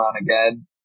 again